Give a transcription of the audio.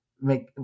make